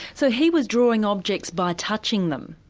so he was drawing objects by touching them,